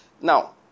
Now